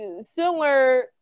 similar